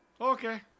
Okay